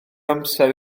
amser